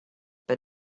but